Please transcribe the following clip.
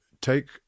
take